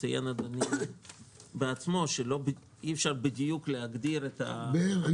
ציין אדוני בעצמו שאי אפשר להגדיר בדיוק את האוכלוסייה החרדית למשל.